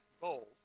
goals